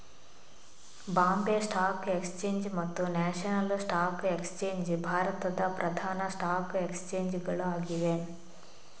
Bombay stock exchange ಮತ್ತು national stock exchange ಭಾರತದ ಪ್ರಧಾನ ಸ್ಟಾಕ್ ಎಕ್ಸ್ಚೇಂಜ್ ಗಳು ಆಗಿವೆ